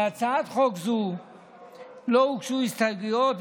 להצעת חוק זו לא הוגשו הסתייגויות,